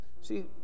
See